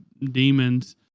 demons